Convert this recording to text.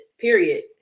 Period